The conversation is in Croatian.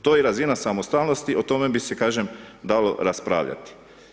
To je razina samostalnosti, o tome bi se kažem, dalo raspravljati.